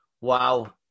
wow